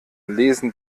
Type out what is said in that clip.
lesen